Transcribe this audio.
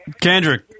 Kendrick